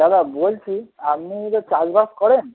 দাদা বলছি আপনি তো চাষবাস করেন